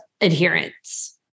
adherence